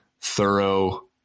thorough